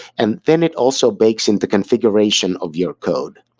and then it also bakes into configuration of your code.